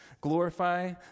glorify